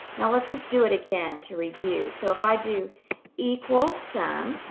now let's just do it again to review. so if i do equal sum,